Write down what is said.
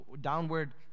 downward